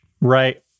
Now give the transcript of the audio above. Right